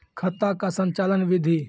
खाता का संचालन बिधि?